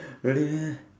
really meh